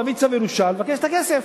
להביא צו ירושה ולבקש את הכסף.